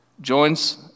joints